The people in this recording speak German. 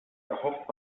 erhofft